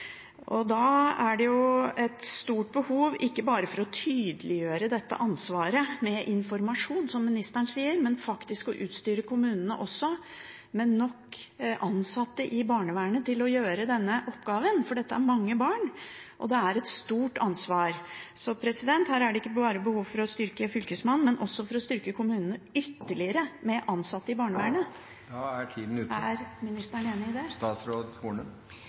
alle. Da er det et stort behov ikke bare for å tydeliggjøre dette ansvaret med informasjon, som ministeren sier, men faktisk også for å utstyre kommunene med nok ansatte i barnevernet til å gjøre denne oppgaven. For dette er mange barn, og det er et stort ansvar. Så her er det ikke bare behov for å styrke Fylkesmannen, men også for å styrke kommunene ytterligere med ansatte i barnevernet. Er ministeren enig i det?